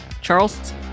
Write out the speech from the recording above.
charles